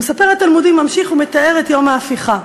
המספר התלמודי ממשיך ומתאר את יום ההפיכה: